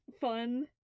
fun